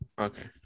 okay